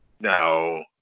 no